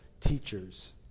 teachers